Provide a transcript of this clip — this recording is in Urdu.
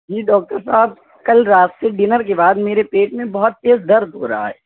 جی ڈاکٹر صاحب کل رات سے ڈنر کے بعد میرے پیٹ میں بہت تیز درد ہو رہا ہے